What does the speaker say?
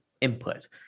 input